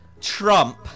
Trump